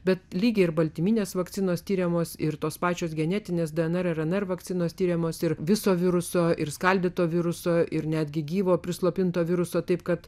bet lygiai ir baltyminės vakcinos tiriamos ir tos pačios genetinės dnr rnr vakcinos tiriamos ir viso viruso ir skaldyto viruso ir netgi gyvo prislopinto viruso taip kad